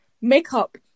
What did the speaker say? makeup